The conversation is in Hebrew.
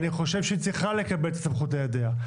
אני חושב שהיא צריכה לקבל את הסמכות לידיה.